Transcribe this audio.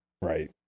Right